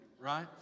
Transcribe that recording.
right